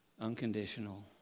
unconditional